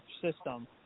system